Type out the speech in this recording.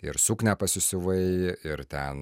ir suknią pasisiuvai ir ten